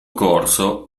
corso